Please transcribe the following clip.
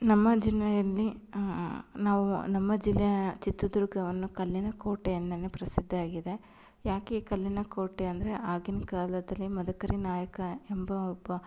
ನಮ್ಮ ಜಿಲ್ಲೆಯಲ್ಲಿ ನಾವು ನಮ್ಮ ಜಿಲ್ಲೆಯ ಚಿತ್ರದುರ್ಗವನ್ನು ಕಲ್ಲಿನ ಕೋಟೆ ಎಂದೆ ಪ್ರಸಿದ್ಧಿಯಾಗಿದೆ ಯಾಕೆ ಕಲ್ಲಿನ ಕೋಟೆ ಅಂದರೆ ಆಗಿನ ಕಾಲದಲ್ಲಿ ಮದಕರಿ ನಾಯಕ ಎಂಬ ಒಬ್ಬ